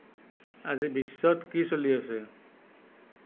আজি বিশ্বত কি চলি আছে